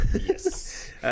Yes